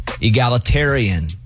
Egalitarian